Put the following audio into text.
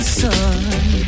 sun